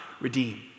redeem